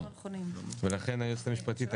לכן היועצת המשפטית,